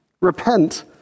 repent